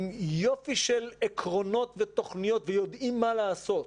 עם יופי של עקרונות ותוכניות, ויודעים מה לעשות.